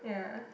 yeah